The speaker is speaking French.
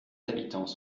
habitants